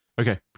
Okay